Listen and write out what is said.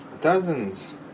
Dozens